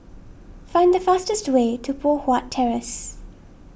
find the fastest way to Poh Huat Terrace